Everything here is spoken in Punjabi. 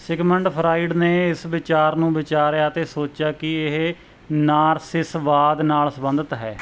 ਸਿਗਮੰਡ ਫਰਾਇਡ ਨੇ ਇਸ ਵਿਚਾਰ ਨੂੰ ਵਿਚਾਰਿਆ ਅਤੇ ਸੋਚਿਆ ਕਿ ਇਹ ਨਾਰਸਿਸਵਾਦ ਨਾਲ ਸੰਬੰਧਿਤ ਹੈ